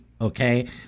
Okay